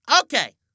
Okay